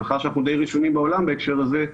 מאחר שאנחנו די ראשונים בעולם בהקשר הזה,